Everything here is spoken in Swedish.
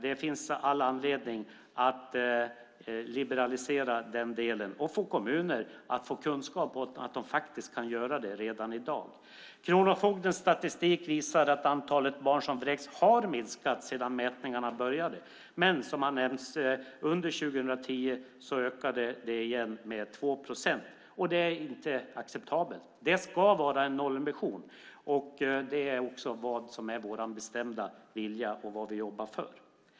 Det finns all anledning att liberalisera den delen och ge kommunerna kunskap om att de faktiskt kan göra det redan i dag. Kronofogdens statistik visar att antalet barn som vräkts har minskat sedan mätningarna började, men som har nämnts ökade antalet under 2010 med 2 procent, och det är inte acceptabelt. Det ska finnas en nollvision. Det är vår bestämda vilja och det vi jobbar för.